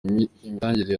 imitangire